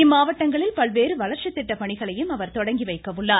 இம்மாவட்டங்களில் பல்வேறு வளர்ச்சித்திட்ட பணிகளையும் அவர் தொடங்கி வைக்க உள்ளார்